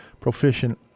proficient